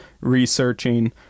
researching